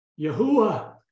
Yahuwah